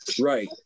Right